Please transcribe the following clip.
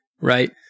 right